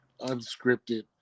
unscripted